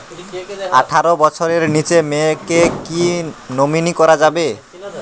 আঠারো বছরের নিচে মেয়েকে কী নমিনি করা যাবে?